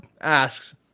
asks